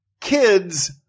Kids